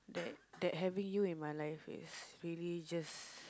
that that having you in my life is really just